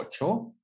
ocho